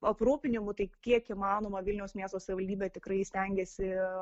aprūpinimu tik kiek įmanoma vilniaus miesto savivaldybė tikrai stengiasi